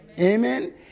Amen